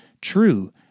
true